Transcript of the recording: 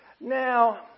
Now